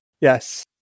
Yes